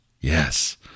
Yes